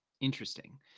Interesting